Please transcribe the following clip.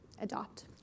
adopt